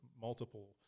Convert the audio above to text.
multiple